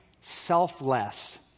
selfless